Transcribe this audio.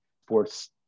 sports